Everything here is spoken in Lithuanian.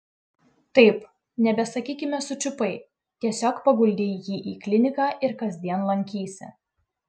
taip nebesakykime sučiupai tiesiog paguldei jį į kliniką ir kasdien lankysi